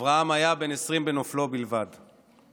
אברהם היה בן 20 בלבד בנופלו.